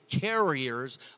carriers